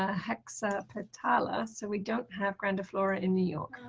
ah hexapetala so we don't have grandiflora in new york